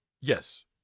Yes